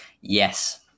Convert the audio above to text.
yes